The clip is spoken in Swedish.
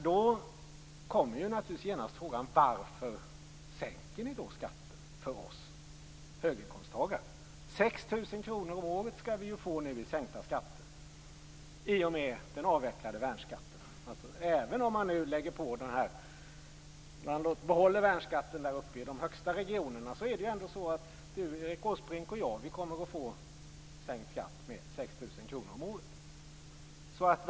Då ställer sig genast frågan: Varför sänker ni då skatter för oss höginkomsttagare? 6 000 kr om året skall vi få i sänkta skatter i och med den avvecklade värnskatten. Även om man behåller värnskatten i de högsta regionerna kommer Erik Åsbrink och jag att få en skattesänkning med 6 000 kr om året.